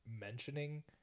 mentioning